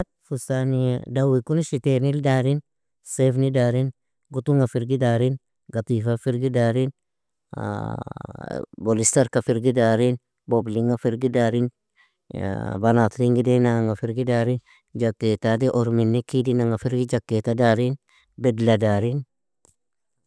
Fustani dawikuni, shitenil darin, saifni darin, gutunga firgi darin, gatifa firgi darin, bolistarka firgi darin, boblinga firgi darin, banatlinga idenanga firgi darin, jaketati orminni kidinanga firgi jaketa darin, bedla darin.